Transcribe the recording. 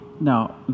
Now